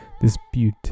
dispute